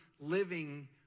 living